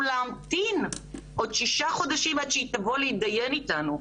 להמתין עוד שישה חודשים עד שהיא תבוא להתדיין איתנו.